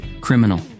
Criminal